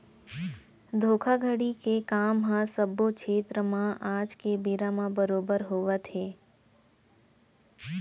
धोखाघड़ी के काम ह सब्बो छेत्र म आज के बेरा म बरोबर होवत हे